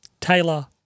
Taylor